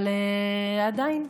אבל עדיין,